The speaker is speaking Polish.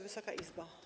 Wysoka Izbo!